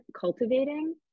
cultivating